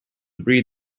breed